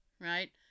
right